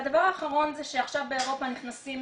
הדבר האחרון זה שעכשיו באירופה נכנסים